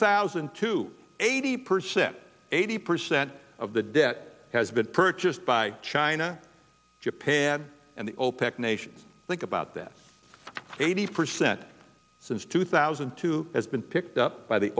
thousand to eighty percent eighty percent of the debt has been purchased by china japan and the opec nations think about that eighty percent since two thousand and two has been picked up by the